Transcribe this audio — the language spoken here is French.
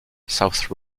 south